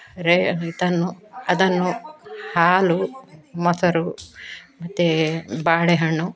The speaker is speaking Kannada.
ರೇ ಅಂತನ್ನು ಅದನ್ನು ಹಾಲು ಮೊಸರು ಮತ್ತು ಬಾಳೆ ಹಣ್ಣು